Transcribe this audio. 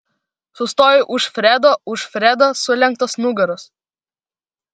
sustoju už fredo už fredo sulenktos nugaros